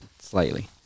slightly